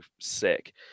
sick